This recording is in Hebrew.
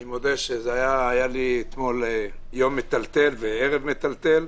אני מודה שהיה לי אתמול יום מטלטל וערב מטלטל.